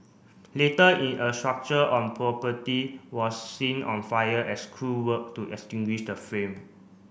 later in a structure on property was seen on fire as crew work to extinguish the flame